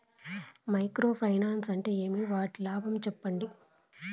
Micro finance అంటే ఏమి? వాటి లాభాలు సెప్పండి?